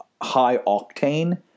high-octane